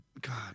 God